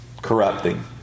Corrupting